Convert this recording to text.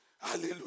hallelujah